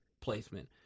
placement